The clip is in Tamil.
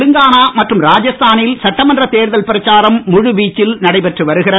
தெலுங்கானா மற்றும் ராஜஸ்தானில் சட்டமன்ற தேர்தல் பிரச்சாரம் முழு வீச்சில் நடைபெற்று வருகிறது